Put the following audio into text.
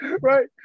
right